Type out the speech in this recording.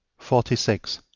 forty six.